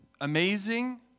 amazing